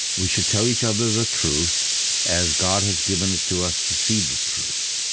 we should tell each other the truth as god has given it to us to see the truth.